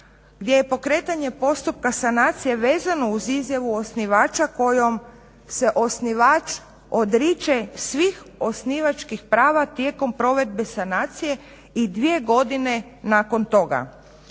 gdje je pokretanje postupka sanacije vezano uz izjavu osnivača kojom se osnivač odriče svih osnivačkih prava tijekom provedbe sanacije i 2 godine nakon toga.